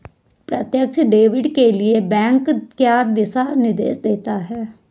प्रत्यक्ष डेबिट के लिए बैंक क्या दिशा निर्देश देते हैं?